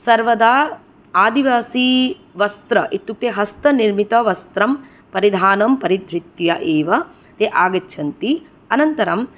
सर्वदा आदिवासीवस्त्र इत्युक्ते हस्तनिर्मितवस्त्रं परिधानं परिधृत्य एव ते आगच्छन्ति अनन्तरम्